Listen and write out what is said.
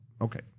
Okay